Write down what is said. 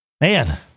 Man